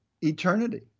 eternity